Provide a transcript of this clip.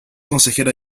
consejera